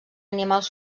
animals